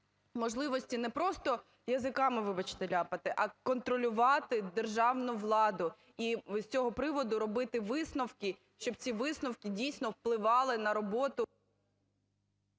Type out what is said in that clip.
можливості не просто язиками, вибачте, ляпати, а контролювати державну владу. І з цього приводу робити висновки, щоб ці висновки, дійсно, впливали на роботу…